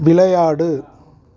விளையாடு